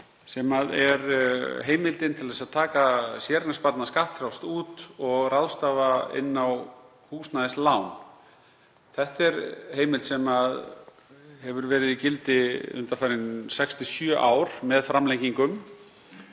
sem er heimild til að taka séreignarsparnað skattfrjálst út og ráðstafa inn á húsnæðislán. Þetta er heimild sem verið hefur í gildi undanfarin 6–7 ár með framlengingum.